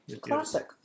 classic